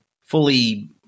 fully